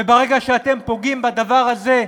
וברגע שאתם פוגעים בדבר הזה,